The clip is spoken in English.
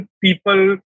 people